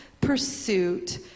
pursuit